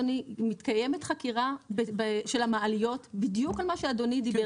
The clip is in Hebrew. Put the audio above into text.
מתקיימת חקירה של המעליות בדיוק על מה שאדוני דיבר,